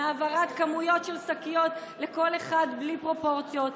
מהעברת כמויות של שקיות לכל אחד בלי פרופורציות.